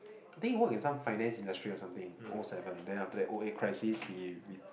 I think he work in some finance industry or something O seven then after that O eight crisis he